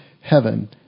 heaven